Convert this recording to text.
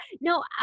No